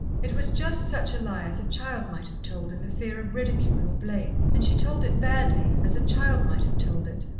it was just such a lie as a child might have told in the fear of ridicule or blame, and she told it badly as a child might have told it,